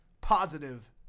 positive